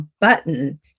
button